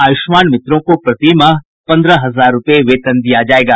आयुष्मान मित्रों को प्रति माह पंद्रह हजार रूपये वेतन दिया जायेगा